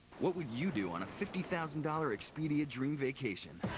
what would you do on a fifty thousand dollars expedia dream vacation?